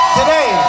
today